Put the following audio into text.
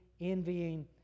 envying